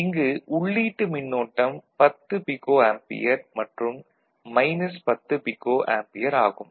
இங்கு உள்ளீட்டு மின்னோட்டம் 10 பிகோ ஆம்பியர் மற்றும் மைனஸ் 10 பிகோ ஆம்பியர் ஆகும்